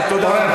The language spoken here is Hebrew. תודה רבה.